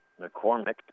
McCormick